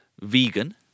vegan